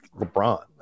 LeBron